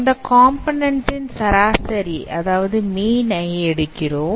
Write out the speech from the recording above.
அந்த காம்போநன்ண்ட் ன் சராசரி ஐ எடுக்கிறோம்